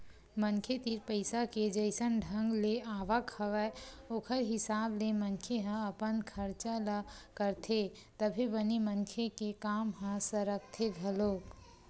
मनखे तीर पइसा के जइसन ढंग ले आवक हवय ओखर हिसाब ले मनखे ह अपन खरचा ल करथे तभे बने मनखे के काम ह सरकथे घलोक